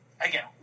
again